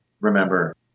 remember